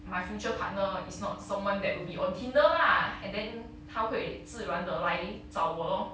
my future partner is not someone that would be on tinder lah and then 他会自然地来找我 lor